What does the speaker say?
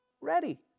ready